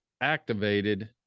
activated